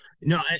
No